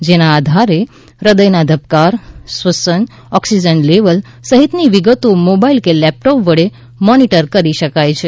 જેના આધારે હૃદયના ધબકારા શ્વસન ઓકસિજન લેવલ સહિતની વિગતો મોબાઇલ કે લેપ્ટોપ વડે મોનીટર કરી શકાય છે